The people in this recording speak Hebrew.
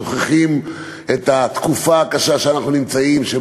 שוכחים את התקופה הקשה שאנחנו נמצאים בה,